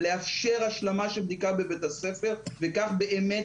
לאפשר השלמה של בדיקה בבית הספר וכך באמת